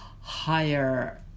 higher